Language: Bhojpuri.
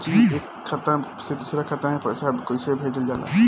जी एक खाता से दूसर खाता में पैसा कइसे भेजल जाला?